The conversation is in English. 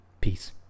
Peace